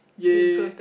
yay